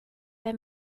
wenn